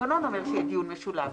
יהיה דיון משולב,